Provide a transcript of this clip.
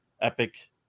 epic